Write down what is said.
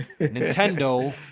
Nintendo